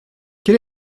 quel